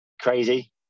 crazy